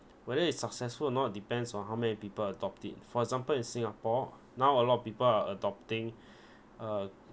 whether it's successful or not depends on how many people adopt it for example in singapore now a lot of people are adopting uh